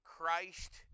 Christ